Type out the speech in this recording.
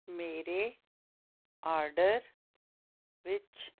ਮੇਰੇ ਆਡਰ ਵਿੱਚ